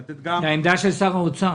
זו העמדה של שר האוצר.